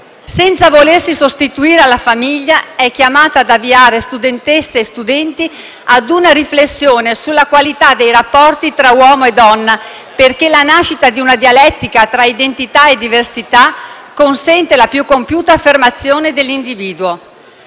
senza volersi sostituire alla famiglia, essa è chiamata ad avviare studentesse e studenti ad una riflessione sulla qualità dei rapporti tra uomo e donna, perché la nascita di una dialettica tra identità e diversità consente la più compiuta affermazione dell'individuo.